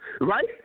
right